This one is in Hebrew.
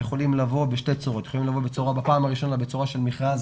יכולים לבוא בשתי צורות: יכולים לבוא בפעם הראשונה בצורה של מכרז